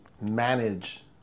manage